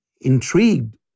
intrigued